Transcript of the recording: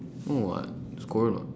no what it's korean [what]